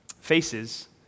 faces